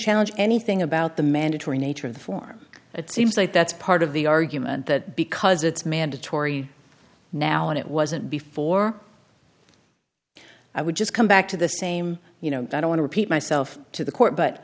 challenge anything about the mandatory nature of the form it seems like that's part of the argument that because it's mandatory now and it wasn't before i would just come back to the same you know that i want to repeat myself to the court but